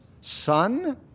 son